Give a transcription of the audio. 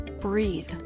breathe